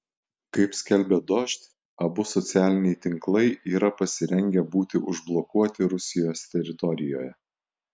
kaip skelbia dožd abu socialiniai tinklai yra pasirengę būti užblokuoti rusijos teritorijoje